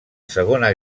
segona